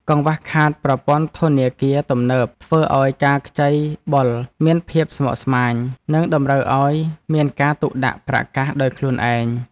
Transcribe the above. កង្វះខាតប្រព័ន្ធធនាគារទំនើបធ្វើឱ្យការខ្ចីបុលមានភាពស្មុគស្មាញ និងតម្រូវឱ្យមានការទុកដាក់ប្រាក់កាសដោយខ្លួនឯង។